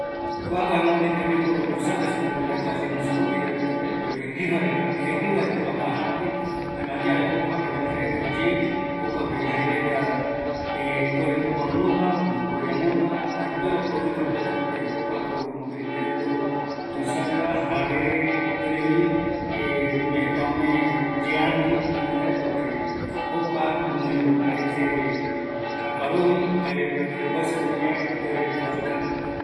﻿Kuako jae mopetï tembiporu tuisague supereta, kua rinoseronte jeiva retape, porque jejare guira, jejivare guira jokua jatï, jaema jayave jokuapeko jae reta oyepi, jokuapevi jareta ipuere opronupa, oporoiamondo, hasta ipuere oporo yuka pipe reta, jokuako tembiporu tuisagueva, jare ipuerevi oime jeta ome yeandu irüretape, porque jokua guinoi opaete jakuarovi jare opaete fuerzsa rupiyae ipuere oporoyuka